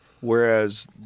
Whereas